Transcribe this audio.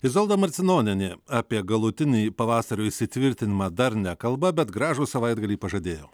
izolda marcinonienė apie galutinį pavasario įsitvirtinimą dar nekalba bet gražų savaitgalį pažadėjo